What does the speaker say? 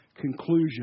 conclusion